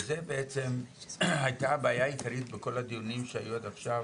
וזה בעצם הייתה הבעיה העיקרית בכל הדיונים שהיו עד עכשיו